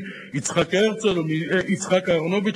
זה כולל בתוכו את הדברים שבהם באופן אוטומטי הסל הזה צריך לעלות.